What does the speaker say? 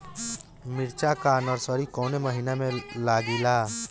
मिरचा का नर्सरी कौने महीना में लागिला?